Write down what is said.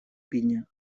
pinya